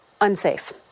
unsafe